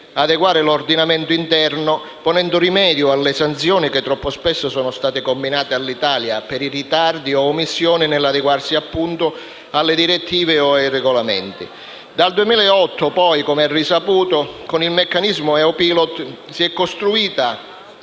adeguare l'ordinamento interno, ponendo rimedio alle sanzioni che troppo spesso sono state comminate all'Italia per i ritardi o le omissioni nell'adeguamento alle direttive e ai regolamenti europei. Inoltre è risaputo che dal 2008, con il meccanismo EU Pilot, si è costruita